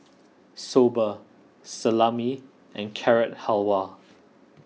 Soba Salami and Carrot Halwa